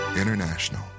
International